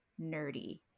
nerdy